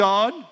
God